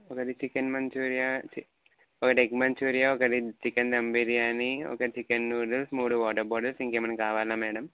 ఒకటి chicken manchurian చి ఒకటి ఎగ్ మంచూరియా ఒక చికెన్ దమ్ బిర్యానీ ఒక చికెన్ నూడిల్స్ మూడు వాటర్ బాటిల్స్ ఇంకా ఏమన్న కావాలా మేడమ్